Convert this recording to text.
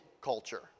culture